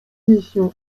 punition